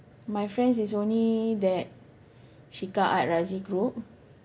my friends is only that Shiqah Ad Razi group